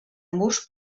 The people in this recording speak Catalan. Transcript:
murs